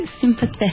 sympathetic